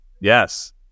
Yes